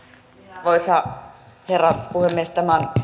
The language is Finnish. arvoisa herra puhemies tämä on